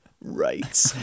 Right